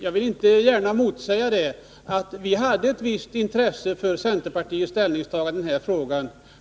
Jag vill inte säga emot honom på denna punkt, för vi hade ett visst intresse av centerpartiets ställningstagande i denna fråga.